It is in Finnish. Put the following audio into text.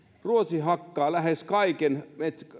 ruotsi hakkaa lähes kaiken